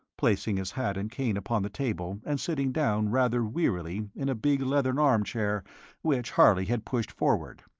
placing his hat and cane upon the table, and sitting down rather wearily in a big leathern armchair which harley had pushed forward.